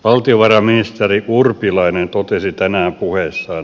valtiovarainministeri urpilainen totesi tänään puheessaan